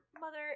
mother